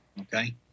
Okay